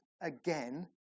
again